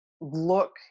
look